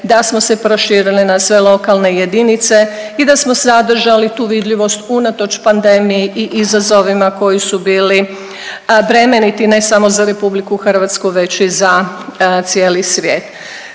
da smo se proširili na sve lokalne jedinice i da smo sadržali tu vidljivost unatoč pandemiji i izazovima koji su bili bremeniti ne samo za RH već i za cijeli svijet.